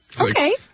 Okay